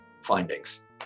findings